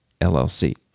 LLC